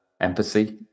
empathy